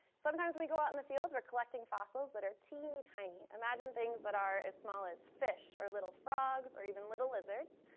sometimes we go out in the field. we're collecting fossils that are teeny tiny. imagine things that are as small as fish or little frogs or even little lizards.